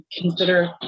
consider